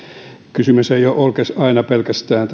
kysymys ei ole aina pelkästään